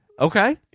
Okay